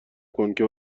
کن، که